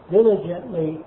Diligently